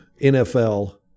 NFL